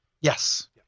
Yes